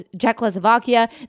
Czechoslovakia